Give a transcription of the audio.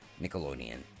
Nickelodeon